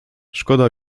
szkoda